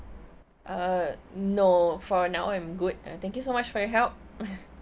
uh no for now I'm good uh thank you so much for your help